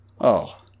Oh